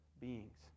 beings